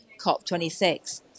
COP26